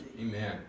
Amen